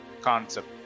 concept